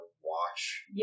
watch